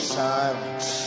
silence